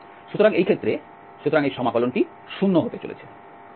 সুতরাং এই ক্ষেত্রে সুতরাং এই সমাকলনটি 0 হতে চলেছে